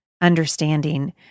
understanding